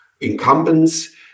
incumbents